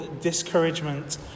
discouragement